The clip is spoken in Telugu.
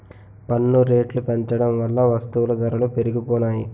పన్ను రేట్లు పెంచడం వల్ల వస్తువుల ధరలు పెరిగిపోనాయి